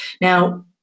Now